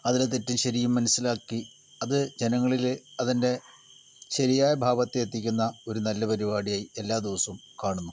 അതിലെ തെറ്റും ശരിയും മനസ്സിലാക്കി അത് ജനങ്ങളില് അതിൻ്റെ ശരിയായ ഭാഗത്തെ എത്തിക്കുന്ന ഒരു നല്ല പരിപാടിയായി എല്ലാ ദിവസവും കാണുന്നു